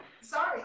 sorry